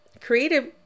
Creative